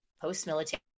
post-military